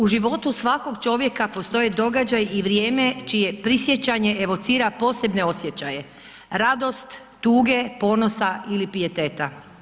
U životu svakog čovjeka postoje događaj i vrijeme čije prisjećanje evocira posebne osjećaje, radost, tuge, ponosa ili pijeteta.